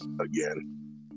again